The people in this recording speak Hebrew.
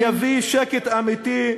שלום אמיתי יביא שקט אמיתי,